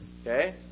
Okay